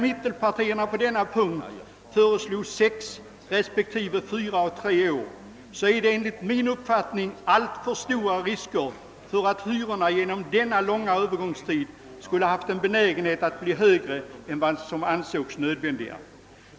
Mittenpartiernas förslag på denna punkt om sex respektive fyra och tre års övergångstid skulle enligt min uppfattning medföra alltför stora risker för att hyrorna under dessa långa övergångsperioder skulle ha fått en benägenhet att bli högre än vad som kan anses nödvändigt.